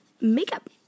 makeup